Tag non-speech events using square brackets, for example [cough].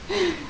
[laughs]